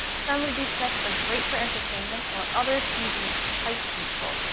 some of these tests are great for entertainment while others can be quite useful.